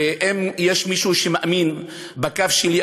ואם יש מישהו שמאמין בקו שלי,